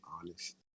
honest